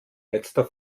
letzter